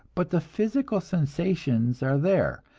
but the physical sensations are there,